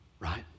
right